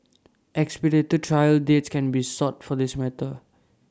expedited trial dates can be sought for this matter